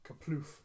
kaploof